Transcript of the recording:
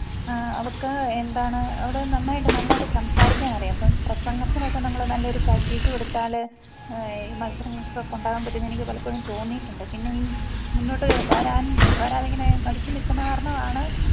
അവൾക്ക് എന്താണ് അവിടെ നന്നായിട്ട് നല്ലതായിട്ട് സംസാരിക്കാൻ അറിയാം അപ്പം പ്രസംഗത്തിനൊക്കെ നമ്മൾ നല്ല ഒരു പ്രാക്ടീസ് കൊടുത്താൽ ഈ മത്സരങ്ങള്ക്ക് ഒക്കെ കൊണ്ട് പോകാന് പറ്റുമെന്ന് എനിക്ക് പലപ്പോഴും തോന്നിയിട്ടുണ്ട് പിന്നെ ഈ മുന്നോട്ട് വരാന് വരാൻ ഇങ്ങനെ മടിച്ച് നിൽക്കുന്നത് കാരണം ആണ്